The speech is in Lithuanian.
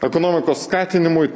ekonomikos skatinimui